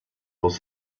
aus